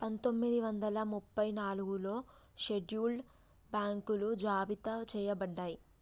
పందొమ్మిది వందల ముప్పై నాలుగులో షెడ్యూల్డ్ బ్యాంకులు జాబితా చెయ్యబడ్డయ్